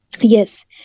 Yes